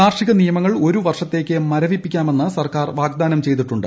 കാർഷിക നിയമങ്ങൾ ഒരു വർഷത്തേക്ക് മരവിപ്പിക്കാമെന്ന് സർക്കാർ വാഗ്ദാനം ചെയ്തിട്ടുണ്ട്